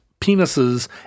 penises